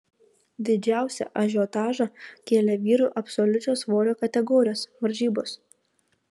didžiausią ažiotažą kėlė vyrų absoliučios svorio kategorijos varžybos